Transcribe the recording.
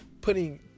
putting